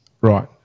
Right